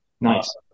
nice